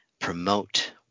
promote